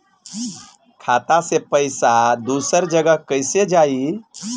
खाता से पैसा दूसर जगह कईसे जाई?